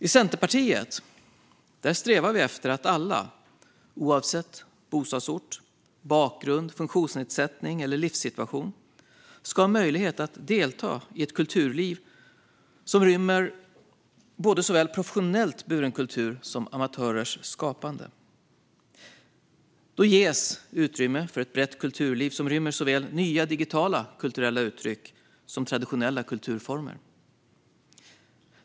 I Centerpartiet strävar vi efter att alla oavsett bostadsort, bakgrund, funktionsnedsättning eller livssituation ska ha möjlighet att delta i ett kulturliv som rymmer såväl professionellt buren kultur som amatörers skapande. Då ges utrymme för ett brett kulturliv som rymmer såväl nya digitala kulturella uttryck som traditionella kulturformer.